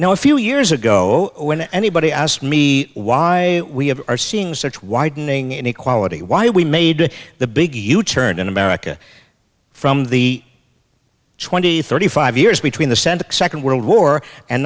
now a few years ago when anybody asked me why we have are seeing such widening inequality why we made the biggest u turn in america from the twenty thirty five years between the center second world war and